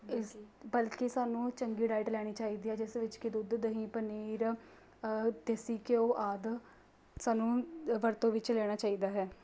ਇਸ ਬਲਕਿ ਸਾਨੂੰ ਚੰਗੀ ਡਾਇਟ ਲੈਣੀ ਚਾਹੀਦੀ ਹੈ ਜਿਸ ਵਿੱਚ ਕਿ ਦੁੱਧ ਦਹੀਂ ਪਨੀਰ ਦੇਸੀ ਘਿਉ ਆਦਿ ਸਾਨੂੰ ਵਰਤੋਂ ਵਿੱਚ ਲੈਣਾ ਚਾਹੀਦਾ ਹੈ